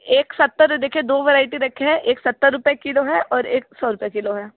एक सत्तर देखिए दो वरैटी रखे हैं एक सत्तर रुपये किलो है और एक सौ रुपये किलो है